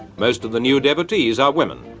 most of the new devotees are women.